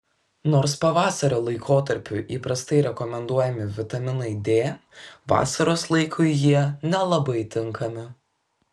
nors pavasario laikotarpiu įprastai rekomenduojami vitaminai d vasaros laikui jie nelabai tinkami